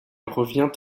revient